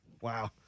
Wow